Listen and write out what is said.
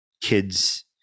kids